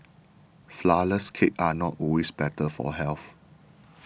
Flourless Cakes are not always better for health